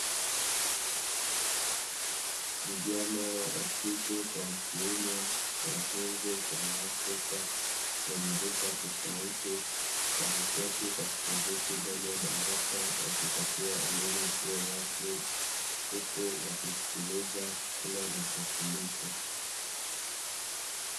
Vijana wakike kwa wakiume wazungu kwa waafrika wenye rika tofauti wameketi katika viti ndani ya darasa wakipatiwa elimu isiyo rasmi huku wakisikiliza kile wanachofundishwa.